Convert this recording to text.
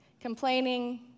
Complaining